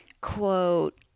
quote